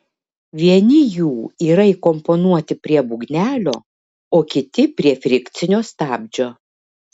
vieni jų yra įkomponuoti prie būgnelio o kiti prie frikcinio stabdžio